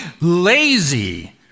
lazy